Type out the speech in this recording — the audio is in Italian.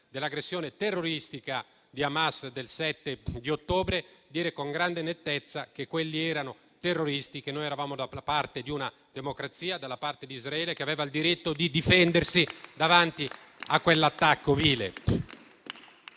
dell'aggressione terroristica di Hamas del 7 ottobre. Abbiamo voluto dire con grande nettezza che quelli erano terroristi, che noi eravamo dalla parte di una democrazia, dalla parte di Israele, che aveva il diritto di difendersi davanti a quell'attacco vile.